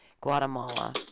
Guatemala